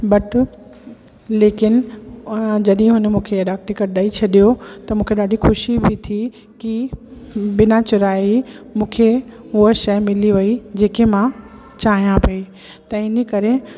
but लेकिन जॾहिं हुन मूंखे डाक टिकट ॾेई छॾियो त मूंखे ॾाढी ख़ुशी बि थी की बिना चुराए ई मूंखे हूअ शइ मिली वई जेके मां चाहियां पई त इन करे